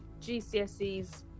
GCSEs